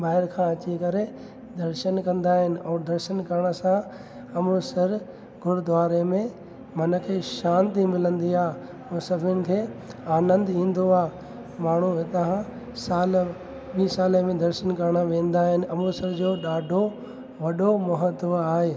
ॿाहिरि खां अची करे दर्शन कंदा आहिनि ऐं दर्शन करण सां अमृतसर गुरद्वारे में मन खे शांति मिलंदी आहे ऐं सभिनि खे आनंद ईंंदो आहे माण्हू हितां खां साल ॿी साले में दर्शन करण वेंदा आहिनि अमृतसर जो ॾाढो वॾो महत्व आहे